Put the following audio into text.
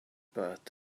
but